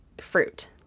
fruit